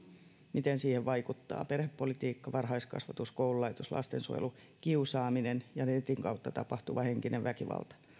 miten siihen vaikuttavat perhepolitiikka varhaiskasvatus koululaitos lastensuojelu kiusaaminen ja netin kautta tapahtuva henkinen väkivalta